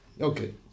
Okay